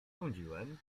sądziłem